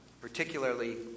particularly